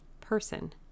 person